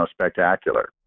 spectacular